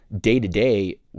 day-to-day